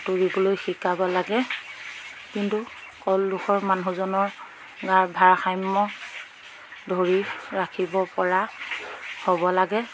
তুৰিবলৈ শিকাব লাগে কিন্তু কলডোখৰ মানুহজনৰ গাৰ ভাৰসাম্য ধৰি ৰাখিব পৰা হ'ব লাগে